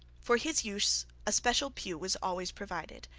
for his use a special pew was always provided,